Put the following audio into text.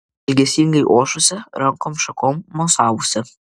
ilgesingai ošusia rankom šakom mosavusia